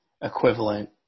equivalent